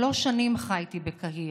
שלוש שנים חייתי בקהיר,